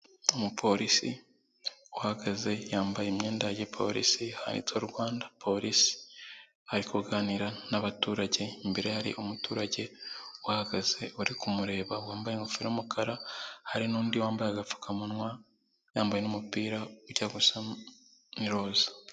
Umupolisi uhagaze yambaye imyenda ya gipolisi, handitseho Rwanda Police, ari kuganira n'abaturage, imbere ye hari umuturage uhahagaze uri kumureba wambaye ingofero y'umukara, hari n'undi wambaye agapfukamunwa, yambaye n'umupira ujya gusa n'iroza.